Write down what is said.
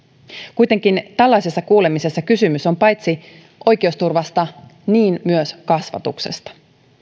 kuitenkin tällaisessa kuulemisessa kysymys on paitsi oikeusturvasta myös kasvatuksesta